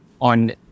on